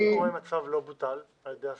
מה קורה אם הצו לא בוטל על ידי השר,